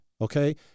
Okay